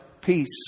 Peace